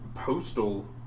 Postal